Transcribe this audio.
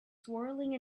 swirling